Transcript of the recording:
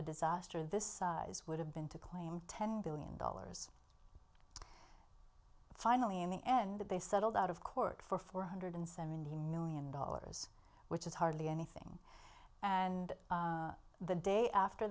a disaster of this size would have been to claim ten billion dollars finally in the end they settled out of court for four hundred seventy million dollars which is hardly anything and the day after